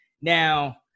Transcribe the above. Now